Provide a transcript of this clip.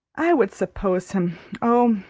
i would suppose him oh,